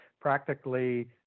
practically